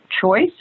choice